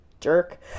jerk